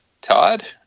Todd